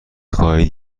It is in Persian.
خواهید